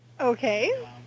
Okay